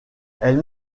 elle